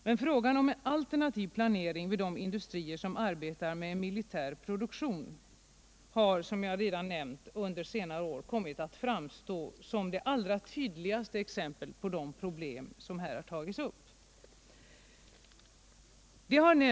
Men frågan om alternativ planering vid de industrier som arbetar med militär produktion har, som jag sedan nämnt, under senare år kommit att framstå som det allra tydligaste exemplet på de problem som här har tagits upp.